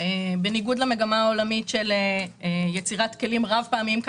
בניגוד למגמה העולמית של חיסכון בפלסטיק ויצירת כלים רב-פעמיים דקים.